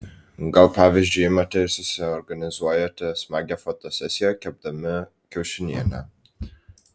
gal pavyzdžiui imate ir susiorganizuojate smagią fotosesiją kepdami kiaušinienę